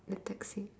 the taxi